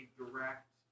direct